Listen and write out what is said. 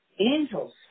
angels